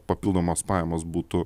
papildomos pajamos būtų